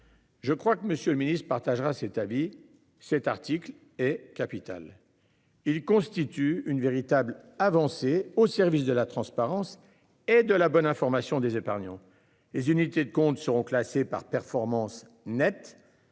Je crois que Monsieur le Ministre partagera cet avis. Cet article est capital. Il constitue une véritable avancée au service de la transparence et de la bonne information des épargnants. Les unités de compte seront classées par performance nette.